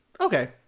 okay